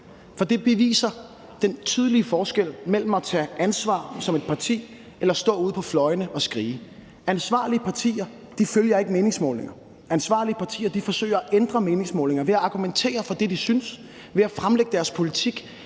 for det viser den tydelige forskel, der er mellem at tage ansvar som et parti og at stå ude på fløjene og skrige. Ansvarlige partier følger ikke meningsmålinger. Ansvarlige partier forsøger at ændre meningsmålinger ved at argumentere for det, de synes; ved at fremlægge deres politik;